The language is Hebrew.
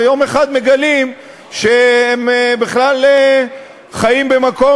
ויום אחד מגלים שהם בכלל חיים במקום